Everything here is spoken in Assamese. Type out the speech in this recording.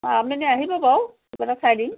অঁ আপুনি আহিব বাৰু কিবা এটা চাই দিম